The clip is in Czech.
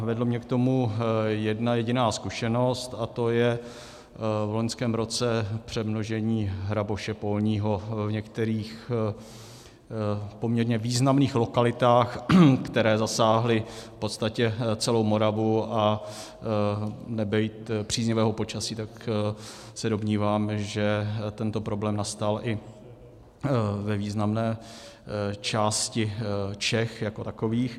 Vedla mě k tomu jedna jediná zkušenost, a to je v loňském roce přemnožení hraboše polního v některých poměrně významných lokalitách, které zasáhlo v podstatě celou Moravu, a nebýt příznivého počasí, tak se domnívám, že tento problém nastal i ve významné části Čech jako takových.